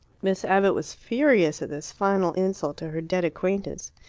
miss abbott was furious at this final insult to her dead acquaintance.